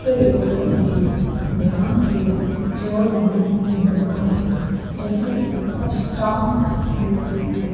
हठि योग में ध्यान ते ज़ोर ॾिनो वेंदो आहे जॾहिं की अष्टांग योग में